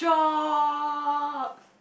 drop